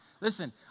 Listen